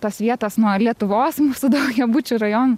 tos vietas nuo lietuvos mūsų daugiabučių rajonų